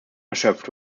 erschöpft